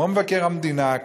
כמו מבקר המדינה,